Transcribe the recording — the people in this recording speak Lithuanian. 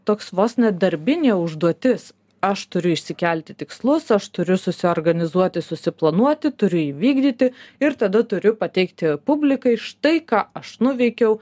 toks vos nedarbinė užduotis aš turiu išsikelti tikslus aš turiu susiorganizuoti susiplanuoti turiu įvykdyti ir tada turiu pateikti publikai štai ką aš nuveikiau